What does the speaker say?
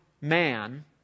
man